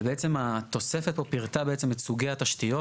ובעצם התוספת פה פירטה בעצם את סוגי התשתיות.